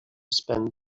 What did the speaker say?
spend